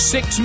Six